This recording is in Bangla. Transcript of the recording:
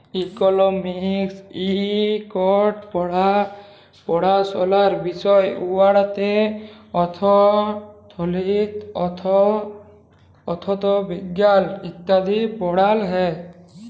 ইকলমিক্স ইকট পাড়াশলার বিষয় উয়াতে অথ্থলিতি, অথ্থবিজ্ঞাল ইত্যাদি পড়াল হ্যয়